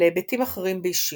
להיבטים אחרים באישיותה.